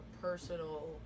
personal